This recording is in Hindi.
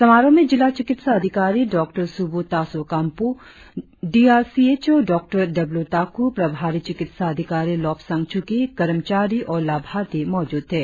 समारोह में जिला चिकित्सा अधिकारी डॉ सुब्र तासो काम्पु D R C H O डॉ डब्लू ताकु प्रभारी चिकित्सा अधिकारी लोबसांग चुकी कर्मचारी और लाभार्थी मौजूद थे